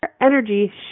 energy